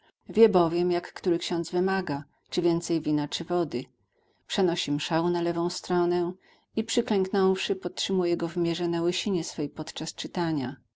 wie bowiem jak który ksiądz wymaga czy więcej wina czy wody przenosi mszał na lewą stronę i przyklęknąwszy podtrzymuje go w mierze na łysinie swej podczas czytania